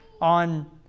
On